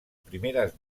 primeres